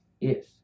Yes